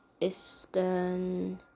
eastern